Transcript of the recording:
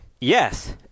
Yes